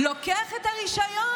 לוקח את הרישיון.